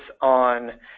on